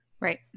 right